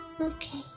Okay